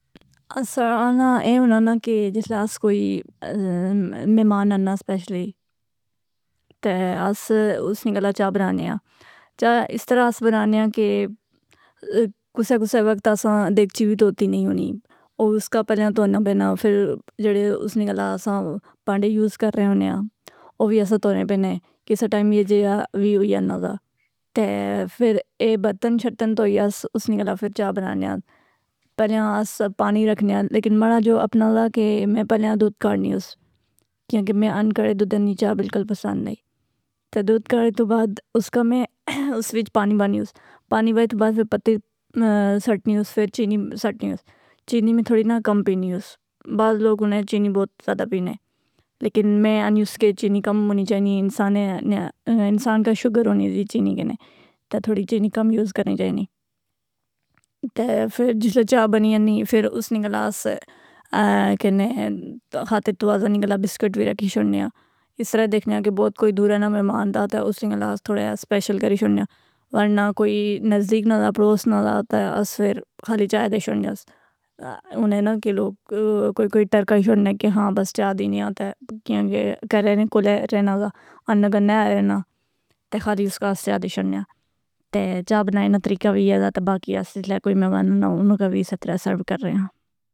اے ساڑا نہ اے ہونا نہ کہ جِس لے اس کوئی میمان آنا اسپشلی۔ تہ اس اُس نی گلا چاء بنانے آں۔ چاء اس طرح اس بنانے آں کہ کسے کسے وقت اساں دیکچی وی توتی نئ ہونی۔ او اس کا پہلے تونا پینا۔ فر جیڑے اُس نی کول اساں پانڈے یوز کرنے ہونے آں۔ او وی اساں کی دھونے پینے۔ کسے ٹیم اے جیہا ہوئ وی انّا دا۔ تہ فر اے برتن شرتن دھوئی اس اُس نی کولا فر چاء بنانے آں۔ پہلیاں اس پانی رکھنے آں۔ لیکن ماڑا جو اپنا دا کہ میں پہلیاں دودھ کاڑنیوس۔ کیونکہ میں انکڑے دودھ نی چاء بلکل پسند نہیں۔ تہ دودھ کڑن توں بعد اس کا میں اس وچ پانی پونیوس۔ پانی بائ توں بعد فر پتے سٹنیوس، فر چینی سٹنیوس۔ چینی میں تھوڑی نہ کم پینی یوس۔ بعض لوگ ہونے چینی بہت زیادہ پینے۔ لیکن میں اخنیوس کہ چینی کم ہونی چائنی۔ انسان کا شگر ہونی ہونی چینی کنے۔ تہ تھوڑی چینی کم یوز کرنی چائنی۔ تہ فر جسلے چاء بنی جانی۔ فر اس نی گلاس آ کنے خاطر تواظع نی گلا بکسکٹ وی رکھی شوڑنے آں۔ اس طرح دیکھنے آں کہ بہت کوئی دورا نہ میمان دا تہ اس نی گلا اسی تھوڑا جیا اسپیشل کری چھوڑنے آں۔ ورنہ کوئی نزدیک نہ دا۔ پڑوس نہ دا تہ اس خالی چاء ای دئ شوڑنے اس۔ ہن اے نہ کہ لاگ کوئی کوئی ٹرکائی شوڑنے کہ ہاں بس چاء دینے آں تہ کیونکہ کھرا نے کولا رہنا دا۔ انّے گنّے رہنا۔ تہ خالی اس کی آسرا دئ شوڑنے آں۔ تہ چاء بنانے نہ طریقہ وی اے دا تہ باقی اسا کوئی میمانوں تہ اوناں کی وی اسے طرح سرو کرنے آں.